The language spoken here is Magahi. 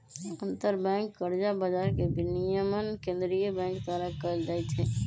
अंतरबैंक कर्जा बजार के विनियमन केंद्रीय बैंक द्वारा कएल जाइ छइ